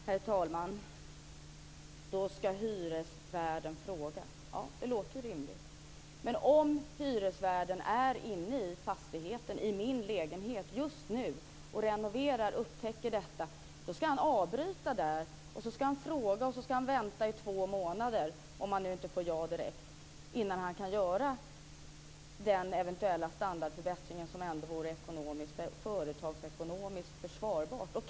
Herr talman! Det låter rimligt att hyresvärden ska fråga hyresgästen. Men om hyresvärden inne i en lägenhet upptäcker t.ex. mögel ska han avbryta renoveringen och tillfråga hyresgästen. Han ska vänta i två månader om han inte får ja direkt innan han kan göra en företagsekonomiskt försvarbar standardförbättring.